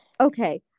okay